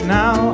now